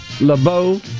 LeBeau